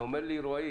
ואומר לי רועי